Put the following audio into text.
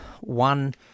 one